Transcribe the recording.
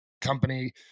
company